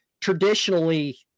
traditionally